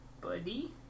buddy